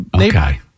Okay